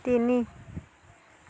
তিনি